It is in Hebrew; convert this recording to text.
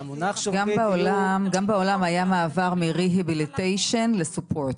גם בעולם היה מעבר מ-rehabilitation ל-support,